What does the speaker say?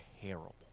terrible